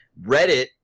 reddit